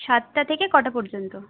সাতটা থেকে কটা পর্যন্ত